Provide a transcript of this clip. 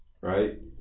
right